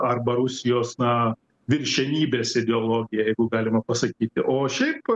arba rusijos na viršenybės ideologija jeigu galima pasakyti o šiaip